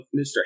Mr